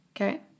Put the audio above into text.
Okay